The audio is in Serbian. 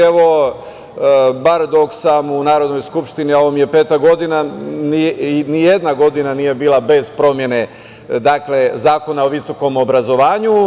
Evo, bar dok sam u Narodnoj skupštini, a ovo mi je peta godina, nijedna godina nije bila bez promene Zakona o visokom obrazovanju.